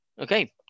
Okay